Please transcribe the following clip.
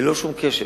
ללא שום קשר,